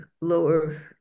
lower